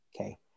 Okay